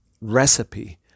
recipe